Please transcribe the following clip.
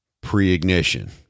pre-ignition